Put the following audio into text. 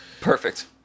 Perfect